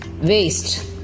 waste